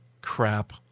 crap